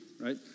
right